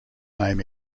name